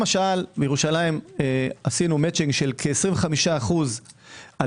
למשל מירושלים עשינו מאצ'ינג של כ-25% על